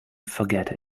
forget